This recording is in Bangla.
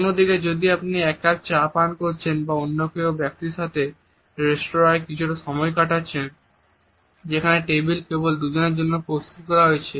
অন্যদিকে যদি আপনি এক কাপ চা পান করছেন বা অন্য কোনও ব্যক্তির সাথে রেস্তোঁরায় কিছুটা সময় কাটাচ্ছেন যেখানে টেবিলটি কেবল দুজনের জন্য প্রস্তুত করা হয়েছে